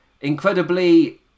Incredibly